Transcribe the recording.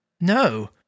no